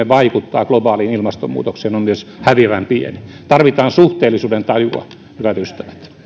vaikuttaa globaaliin ilmastonmuutokseen on häviävän pieni tarvitaan suhteellisuudentajua hyvät ystävät